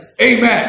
Amen